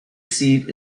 seat